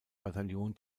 bataillon